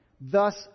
thus